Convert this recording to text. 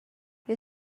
you